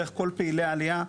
דרך כל פעילי העלייה,